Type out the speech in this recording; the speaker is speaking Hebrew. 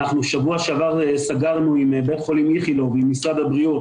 אנחנו בשבוע שעבר סגרנו עם בית חולים איכילוב ומשרד הבריאות